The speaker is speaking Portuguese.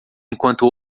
enquanto